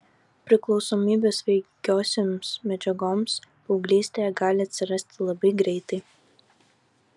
priklausomybė svaigiosioms medžiagoms paauglystėje gali atsirasti labai greitai